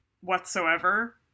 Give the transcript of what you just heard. whatsoever